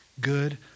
good